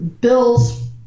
Bill's